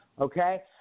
Okay